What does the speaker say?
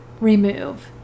remove